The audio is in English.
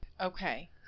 Okay